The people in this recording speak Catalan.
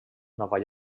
nova